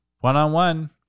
one-on-one